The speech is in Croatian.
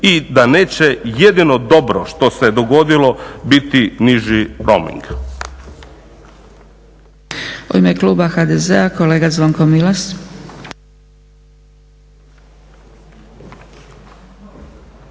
i da neće jedino dobro što se dogodilo biti niži roaming.